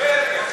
כן,